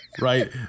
Right